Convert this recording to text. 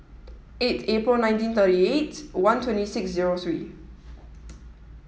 eight April nineteen thirty eight one twenty six zero three